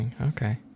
Okay